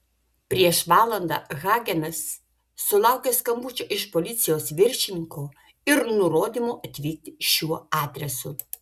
prieš valandą hagenas sulaukė skambučio iš policijos viršininko ir nurodymo atvykti šiuo adresu